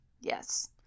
Yes